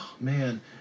Man